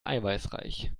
eiweißreich